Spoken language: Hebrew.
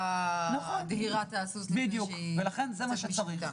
תנאי עבודה ודברים מהסוג הזה.